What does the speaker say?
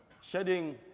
shedding